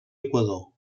equador